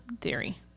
theory